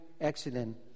accident